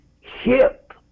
hip